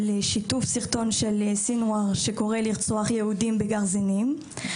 על שיתוף סרטון שקורא לרצוח יהודים בגרזנים,